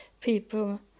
people